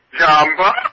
Jamba